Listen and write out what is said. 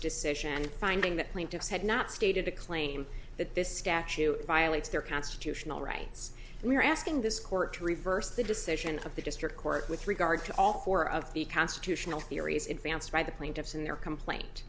decision and finding that plaintiffs had not stated a claim that this cash to violates their constitutional rights and we are asking this court to reverse the decision of the district court with regard to all four of the constitutional theories advanced by the plaintiffs in their complaint